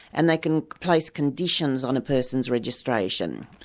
and they can place conditions on a person's registration.